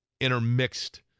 intermixed